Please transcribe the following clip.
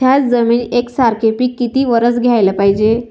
थ्याच जमिनीत यकसारखे पिकं किती वरसं घ्याले पायजे?